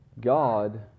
God